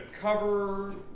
cover